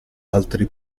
altri